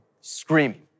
screaming